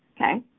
okay